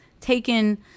taken